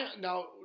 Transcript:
now